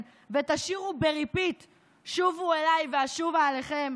ותשירו ב-repeat "שובו אליי ואשובה אליכם,